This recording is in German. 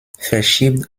verschiebt